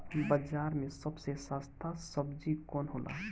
बाजार मे सबसे सस्ता सबजी कौन होला?